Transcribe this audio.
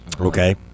Okay